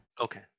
Okay